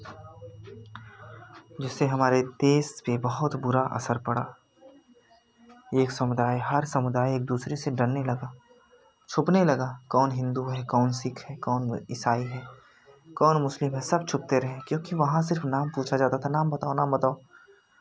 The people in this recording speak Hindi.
जिससे हमारे देश में बहुत बुरा असर पड़ा एक समुदाय हर समुदाय एक दूसरे से डरने लगा छुपने लगा कौन हिन्दू है कौन सी है कौन ईसाई है कौन मुस्लिम है सब छुपते रहे क्योंकि वहाँ सिर्फ़ नाम पूछा जाता था नाम बताओ नाम बताओ